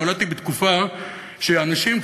נולדתי בתקופה שאנשים,